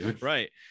right